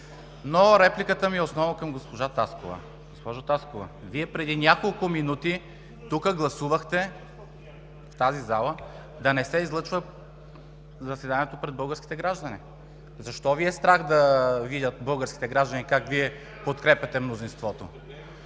Репликата ми е основно към госпожа Таскова. Госпожо Таскова, Вие преди няколко минути тук, в тази зала, гласувахте да не се излъчва заседанието пред българските граждани. Защо Ви е страх да видят българските граждани как Вие подкрепяте мнозинството?